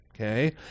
okay